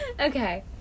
Okay